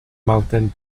mountain